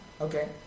Okay